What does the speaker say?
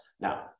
Now